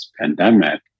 pandemic